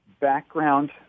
background